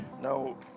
Now